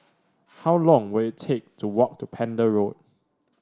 how long will it take to walk to Pender Road